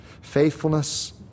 faithfulness